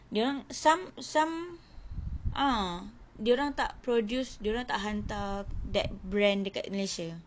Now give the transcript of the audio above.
dorang some some ah dorang tak produce dorang tak hantar that brand dekat malaysia